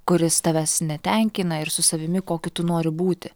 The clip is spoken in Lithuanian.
kuris tavęs netenkina ir su savimi kokiu tu nori būti